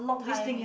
tiring